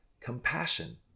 compassion